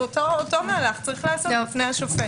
אותו מהלך יש לעשות בפני השופט.